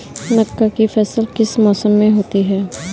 मक्का की फसल किस मौसम में होती है?